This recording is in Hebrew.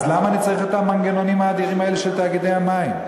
אז למה אני צריך את המנגנונים האדירים האלה של תאגידי המים?